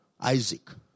Isaac